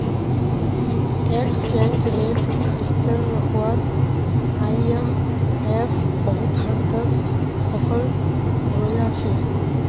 exchange rate स्थिर रखवात IMF बहुत हद तक सफल रोया छे